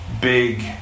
big